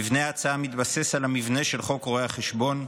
מבנה ההצעה מתבסס על המבנה של חוק רואי חשבון.